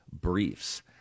briefs